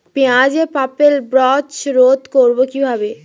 পেঁয়াজের purple blotch রোধ করবো কিভাবে?